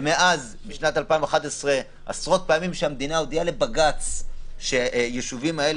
בשנת 2011 עשרות פעמים המדינה הודיעה לבג"ץ שהישובים האלה